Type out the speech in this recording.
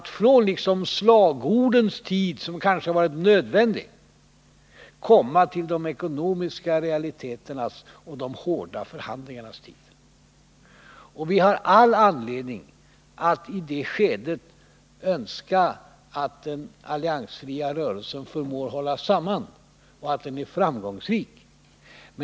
Nu gäller det att från slagordens tid — som kanske varit nödvändig — komma till de ekonomiska realiteternas och de hårda förhandlingarnas tid. Vi har all anledning att i det skedet önska att den alliansfria rörelsen förmår hålla samman och är framgångsrik.